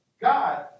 God